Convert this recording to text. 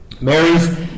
Mary's